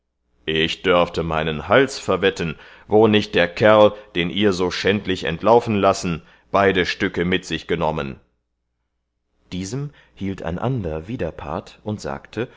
ich dörfte meinen hals verwetten wo nicht der kerl den ihr so schändlich entlaufen lassen beide stücke mit sich genommen diesem hielt ein ander widerpart und sagte